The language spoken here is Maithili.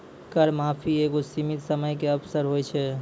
कर माफी एगो सीमित समय के अवसर होय छै